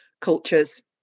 cultures